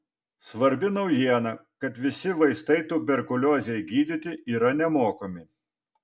svarbi naujiena kad visi vaistai tuberkuliozei gydyti yra nemokami